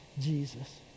Jesus